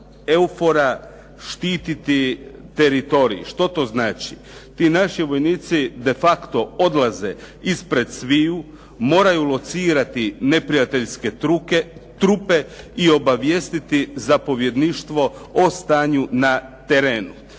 EUFOR-a štititi teritorij. Što to znači? Ti naši vojnici de facto odlaze ispred svih, moraju locirati neprijateljske trupe i obavijestiti zapovjedništvo o stanju na terenu.